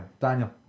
Daniel